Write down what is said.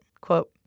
quote